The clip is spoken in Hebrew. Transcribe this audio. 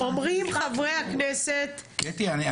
קטי,